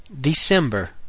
December